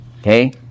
okay